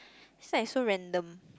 is like so random